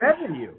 revenue